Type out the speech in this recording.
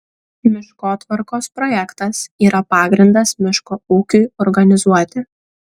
miškotvarkos projektas yra pagrindas miško ūkiui organizuoti